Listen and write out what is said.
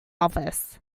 office